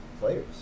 players